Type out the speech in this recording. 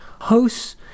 hosts